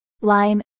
LIME